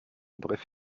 bref